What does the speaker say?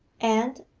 and,